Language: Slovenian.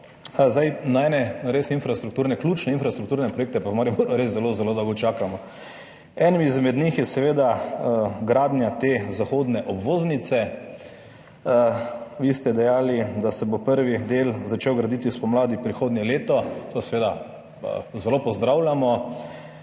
Na ene res ključne infrastrukturne projekte pa v Mariboru res zelo, zelo dolgo čakamo. Eden izmed njih je seveda gradnja zahodne obvoznice. Vi ste dejali, da se bo prvi del začel graditi spomladi prihodnje leto. To seveda zelo pozdravljamo.